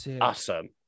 awesome